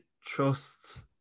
trust